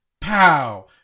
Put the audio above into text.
pow